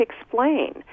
explain